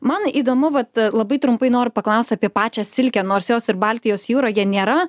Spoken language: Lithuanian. man įdomu vat labai trumpai noriu paklausti apie pačią silkę nors jos ir baltijos jūroje nėra